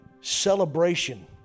celebration